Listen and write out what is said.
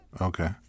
Okay